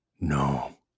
No